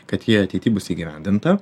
kad ji ateity bus įgyvendinta